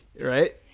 right